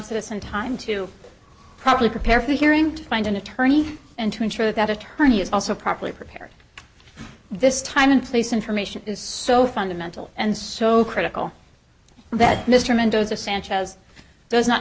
citizen time to properly prepare for the hearing to find an attorney and to ensure that attorney is also properly prepared this time and place information is so fundamental and so critical that mr mendoza sanchez does not